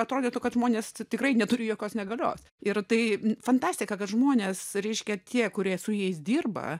atrodytų kad žmonės tikrai neturi jokios negalios ir tai fantastika kad žmonės reiškia tie kurie su jais dirba